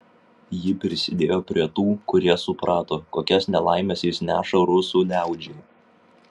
ji prisidėjo prie tų kurie suprato kokias nelaimes jis neša rusų liaudžiai